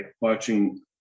watching